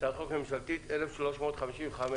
הצעת חוק ממשלתית מ/1355.